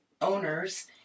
owners